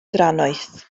drannoeth